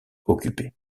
occupée